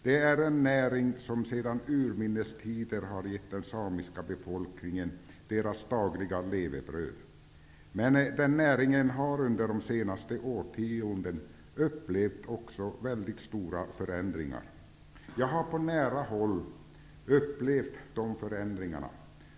Det är en näring som sedan urminnes tider har gett den samiska befolkningen dess dagliga levebröd. Men näringen har under de senaste årtiondena också genomgått mycket stora förändringar. Jag har på nära håll upplevt dessa förändringar.